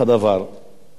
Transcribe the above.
אני אזכיר לך: